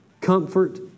comfort